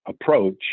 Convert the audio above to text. approach